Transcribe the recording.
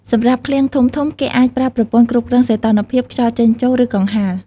សម្រាប់ឃ្លាំងធំៗ គេអាចប្រើប្រព័ន្ធគ្រប់គ្រងសីតុណ្ហភាព ខ្យល់ចេញចូល ឬកង្ហារ។